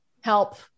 help